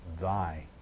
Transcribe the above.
Thy